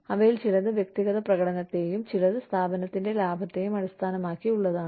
അവയിൽ ചിലത് വ്യക്തിഗത പ്രകടനത്തെയും ചിലത് സ്ഥാപനത്തിന്റെ ലാഭത്തെയും അടിസ്ഥാനമാക്കിയുള്ളതാണ്